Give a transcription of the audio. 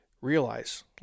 realize